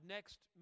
Next